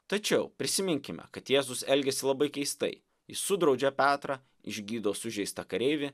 tačiau prisiminkime kad jėzus elgėsi labai keistai jis sudraudžia petrą išgydo sužeistą kareivį